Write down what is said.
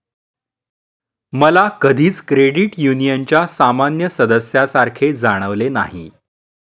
मला कधीच क्रेडिट युनियनच्या सामान्य सदस्यासारखे जाणवले नाही